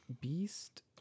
Beast